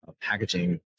packaging